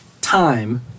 time